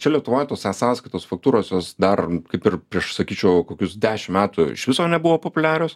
čia lietuvoj tos e sąskaitos faktūros jos dar kaip ir prieš sakyčiau kokius dešim metų iš viso nebuvo populiarios